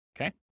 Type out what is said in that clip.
okay